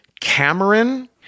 Cameron